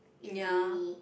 in uni